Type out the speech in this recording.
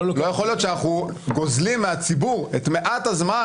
לא יכול להיות שאנחנו גוזלים מהציבור את מעט הזמן